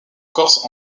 corse